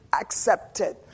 accepted